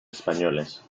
españoles